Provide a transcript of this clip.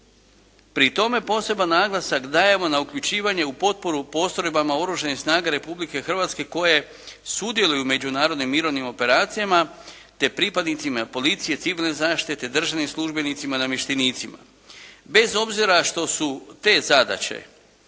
Pri tome poseban naglasak dajemo na uključivanje u potporu postrojbama Oružanih snaga Republke Hrvatske koje sudjeluju u međunarodnim mirovnim operacijama, te pripadnicima policije, civilne zaštite, državnim službenicima, namještenicima, bez obzira što su te zadaće